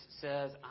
says